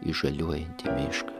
į žaliuojantį mišką